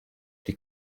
die